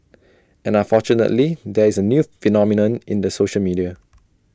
and unfortunately there is A new phenomenon in the social media